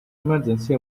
emergency